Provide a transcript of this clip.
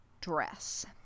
dress